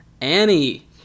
annie